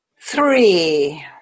three